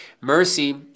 Mercy